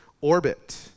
orbit